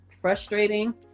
frustrating